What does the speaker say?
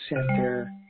center